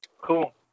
Cool